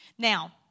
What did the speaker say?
Now